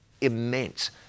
immense